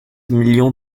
millions